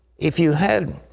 if you had